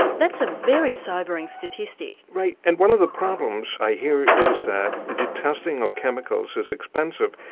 that's a very sobering statistic. right, and one of the problems i hear is that the testing of chemicals is expensive.